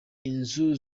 inzu